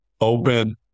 open